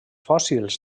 fòssils